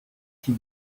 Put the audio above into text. she